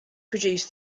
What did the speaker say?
produced